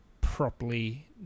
properly